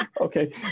Okay